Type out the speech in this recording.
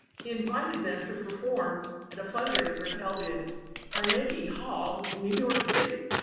he invited them to perform at a fundraiser held in carnegie hall in new york city.